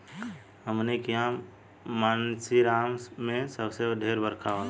हमनी किहा मानसींराम मे सबसे ढेर बरखा होला